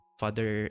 father